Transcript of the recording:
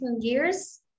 years